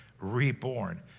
reborn